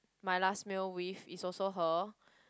my last meal with is also her